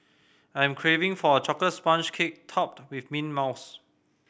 I am craving for a chocolate sponge cake topped with mint mousse